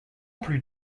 plus